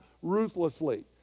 ruthlessly